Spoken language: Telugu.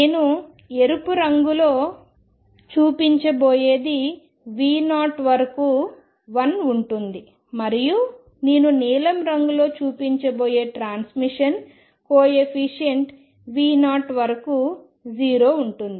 నేను ఎరుపు రంగులో చూపించబోయేది V0 వరకు 1 ఉంటుంది మరియు నేను నీలం రంగులో చూపించబోయే ట్రాన్స్మిషన్ కోఎఫీషియంట్ V0 వరకు 0 ఉంటుంది